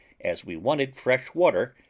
as we wanted fresh water,